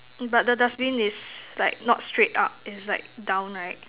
but the dustbin is like not straight up is like down right